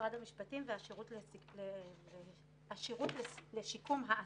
משרד המשפטים והשירות לשיקום האסיר.